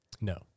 No